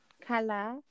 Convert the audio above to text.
color